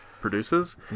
produces